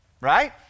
right